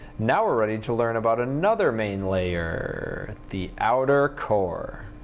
now we're ready to learn about another main layer. the outer core.